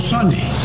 Sunday